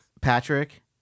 Patrick